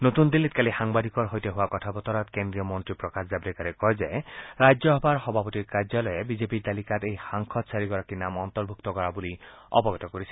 নতুন দিল্লীত কালি সাংবাদিকৰ সৈতে হোৱা কথা বতৰাত ক্দ্ৰীয় মন্ত্ৰী প্ৰকাশ জাম্ৰেকাৰে কয় যে ৰাজ্যসভাৰ সভাপতিৰ কাৰ্যালয়ে বিজেপিৰ তালিকাত এই সাংসদ চাৰিগৰাকীৰ নাম অন্তৰ্ভুক্ত কৰা বুলি অৱগত কৰিছে